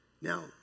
Now